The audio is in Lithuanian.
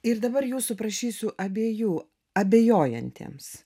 ir dabar jūsų prašysiu abiejų abejojantiems